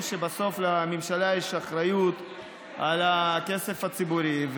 שבסוף לממשלה יש אחריות על הכסף הציבורי.